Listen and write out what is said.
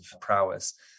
prowess